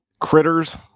Critters